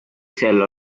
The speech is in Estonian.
sel